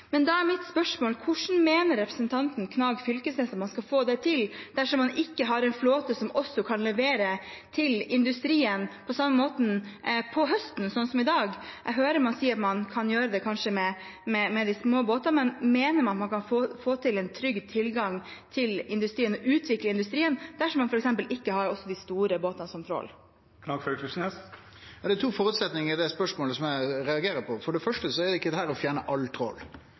Men da er mitt spørsmål: Hvordan mener representanten Knag Fylkesnes at man skal få til det dersom man ikke har en flåte som også kan levere til industrien på samme måte, på høsten, sånn som i dag? Jeg hører man sier at man kanskje kan gjøre det med de små båtene, men mener man at man kan få til en trygg tilgang til industrien og utvikle industrien dersom man f.eks. ikke også har de store båtene som trål? Det er to føresetnader i det spørsmålet som eg reagerer på. For det første er ikkje dette å fjerne all trål;